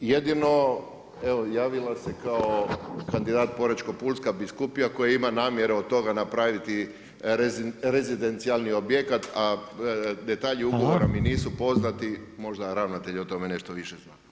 Jedino, javila se kao kandidat Porečko Pulska biskupija koja ima namjeru od toga napraviti rezidencijalni objekat, a detalji ugovora mi nisu poznati, možda ravnatelj o tome nešto više zna.